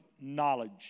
knowledge